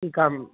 ठीकु आहे